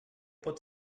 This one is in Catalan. pot